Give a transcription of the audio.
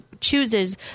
chooses